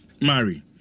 marry